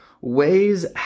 ways